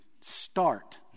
start